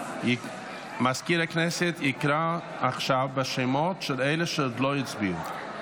מזכיר הכנסת יקרא עכשיו בשמות של אלה שעוד לא הצביעו.